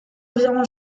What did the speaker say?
environ